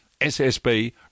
SSB